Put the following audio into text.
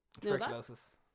tuberculosis